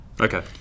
Okay